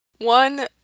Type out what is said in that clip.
one